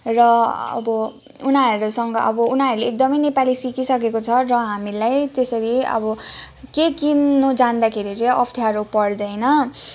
र अब उनीहरूसँग अब उनीहरूले एकदमै नेपाली सिकिसकेको छ र हामीलाई त्यसरी अब के किन्नु जाँदाखेरि चाहिँ अप्ठ्यारो पर्दैन